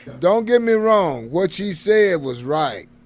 don't get me wrong. what she said was right.